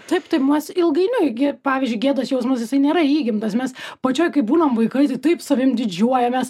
taip tai mes ilgainiui gi pavyzdžiui gėdos jausmas jisai nėra įgimtas mes pačioj kai būnam vaikai tai taip savimi didžiuojamės